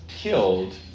killed